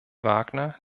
wagner